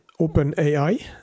OpenAI